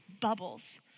bubbles